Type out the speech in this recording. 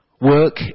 Work